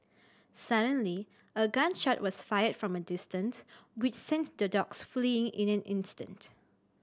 suddenly a gun shot was fired from a distance which sent the dogs fleeing in an instant